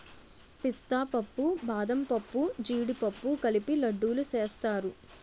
పిస్తా పప్పు బాదంపప్పు జీడిపప్పు కలిపి లడ్డూలు సేస్తారు